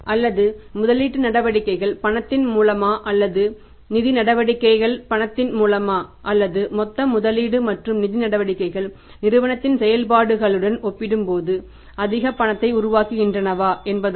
அல்லது முதலீட்டு நடவடிக்கைகள் பணத்தின் மூலமா அல்லது நிதி நடவடிக்கைகள் பணத்தின் மூலமா அல்லது மொத்த முதலீடு மற்றும் நிதி நடவடிக்கைகள் நிறுவனத்தின் செயல்பாடுகளுடன் ஒப்பிடும்போது அதிக பணத்தை உருவாக்குகின்றனவா என்பதாகும்